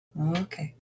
Okay